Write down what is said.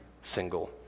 single